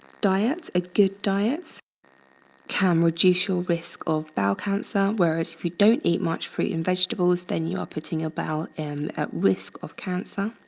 diets, a good diets can reduce your risk of bowel cancer whereas if you don't eat much fruit and vegetables, then you are putting about in risk of cancer.